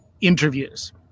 interviews